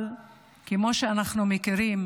אבל כמו שאנחנו מכירים